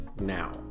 now